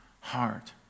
heart